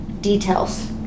details